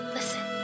Listen